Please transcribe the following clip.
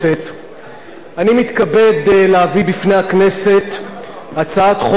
אני מתכבד להביא בפני הכנסת הצעת חוק עקרונית,